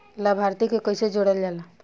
लभार्थी के कइसे जोड़ल जाला?